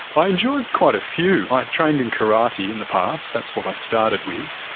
i enjoy quite a few. i've trained in karate in the past, that's what i started with,